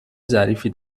ظریفی